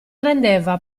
rendeva